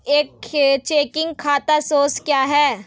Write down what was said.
एक चेकिंग खाता शेष क्या है?